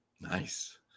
Nice